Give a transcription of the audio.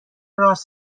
راس